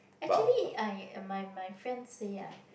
actually I am my my friend say ah